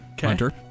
Hunter